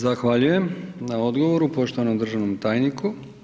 Zahvaljujem na odgovoru poštovanom državnom tajniku.